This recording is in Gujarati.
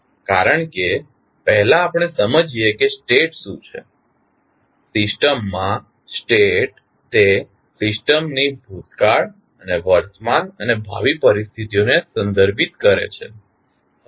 કારણ કે પહેલા આપણે સમજીએ કે સ્ટેટ શું છે સિસ્ટમમાં સ્ટેટ તે સિસ્ટમની ભૂતકાળ અને વર્તમાન અને ભાવિ પરિસ્થિતિઓ ને સંદર્ભિત કરે છે